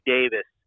Davis